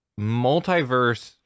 multiverse